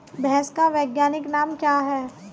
भैंस का वैज्ञानिक नाम क्या है?